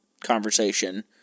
conversation